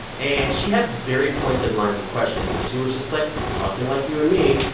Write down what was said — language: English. and she had very pointed lines of questioning. but she was just, like, talking like you and me.